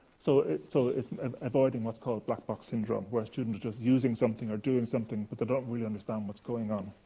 so so it's avoiding what's called black box syndrome, where a student is just using something or doing something, but they don't really understand what's going on.